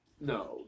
No